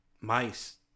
mice